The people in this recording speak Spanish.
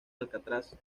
alcaraz